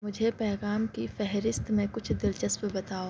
مجھے پیغام کی فہرست میں کچھ دلچسپ بتاؤ